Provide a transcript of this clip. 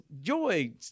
Joy